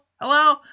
Hello